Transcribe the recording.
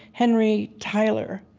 henry tyler,